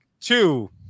two